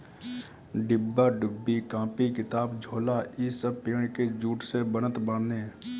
डिब्बा डुब्बी, कापी किताब, झोला इ सब पेड़ के जूट से बनत बाने